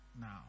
now